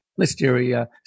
Listeria